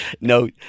No